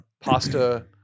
pasta